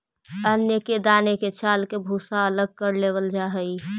अन्न के दान के चालके भूसा अलग कर लेवल जा हइ